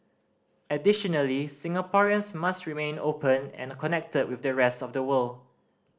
additionally Singaporeans must remain open and connected with the rest of the world